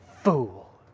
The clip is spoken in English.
fool